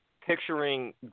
picturing